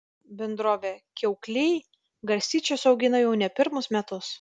bendrovė kiaukliai garstyčias augina jau ne pirmus metus